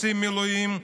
עושים מילואים,